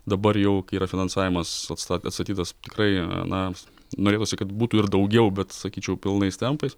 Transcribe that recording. dabar jau kai yra finansavimas atsta atstatytas tikrai na norėtųsi kad būtų ir daugiau bet sakyčiau pilnais tempais